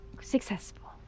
successful